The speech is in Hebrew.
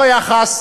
לא יחס